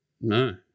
No